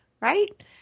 right